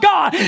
God